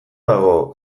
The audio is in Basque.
dago